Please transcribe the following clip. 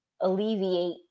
alleviate